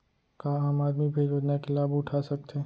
का आम आदमी भी योजना के लाभ उठा सकथे?